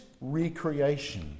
recreation